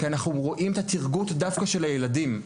כי אנחנו רואים את הטירגוט דווקא של הילדים.